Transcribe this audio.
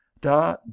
da